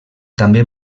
també